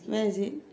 where is it